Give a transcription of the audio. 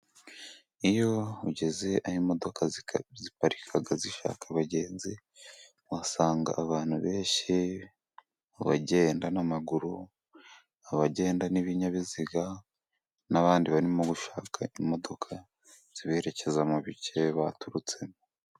Iyo ugeze aho imodoka ziparika zishaka abagenzi, uhasanga abantu benshi, abagenda n'amaguru, abagenda n'ibinyabiziga, n'abandi barimo gushaka imodoka ziberekeza mu bice baturutsemo.